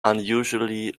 unusually